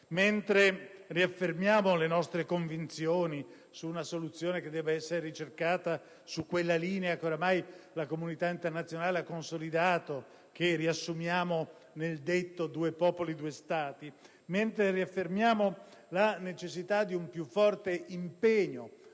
mentre riaffermiamo le nostre convinzioni su una soluzione che debba essere ricercata su quella linea che ormai la comunità internazionale ha consolidato e che riassumiamo nell'assunto «due popoli, due Stati», mentre riaffermiamo la necessità di un più forte impegno